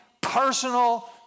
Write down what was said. Personal